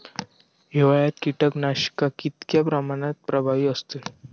हिवाळ्यात कीटकनाशका कीतक्या प्रमाणात प्रभावी असतत?